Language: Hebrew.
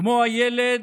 כמו הילד,